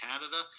Canada